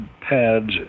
pads